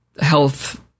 health